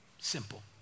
simple